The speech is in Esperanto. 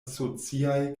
sociaj